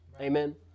amen